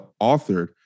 authored